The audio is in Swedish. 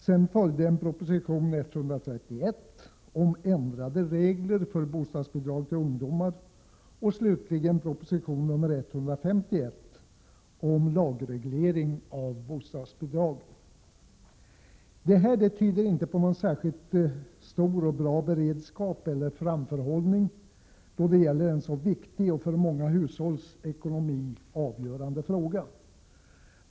Sedan följde proposition 131 om ändrade regler för bostadsbidrag till ungdomar och slutligen proposition nr 151 om lagreglering av bostadsbidragen. Detta tyder inte på någon särskilt stor beredskap eller framförhållning då det gäller en så viktig och för många hushålls ekonomi avgörande fråga.